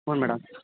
ಹ್ಞೂಂ madam